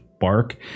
bark